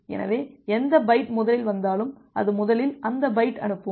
எனவே எந்த பைட் முதலில் வந்தாலும் அது முதலில் அந்த பைட்டை அனுப்பும்